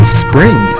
spring